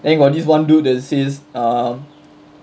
then got this one dude that says uh